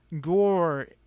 Gore